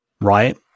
right